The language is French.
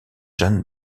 jeanne